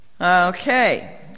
Okay